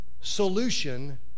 solution